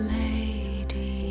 lady